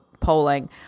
polling